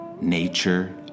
nature